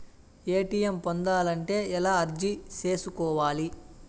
ATM పొందాలంటే ఎలా అర్జీ సేసుకోవాలి?